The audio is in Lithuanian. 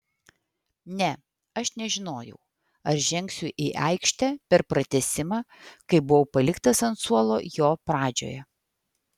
ne aš nežinojau ar žengsiu į aikštę per pratęsimą kai buvau paliktas ant suolo jo pradžioje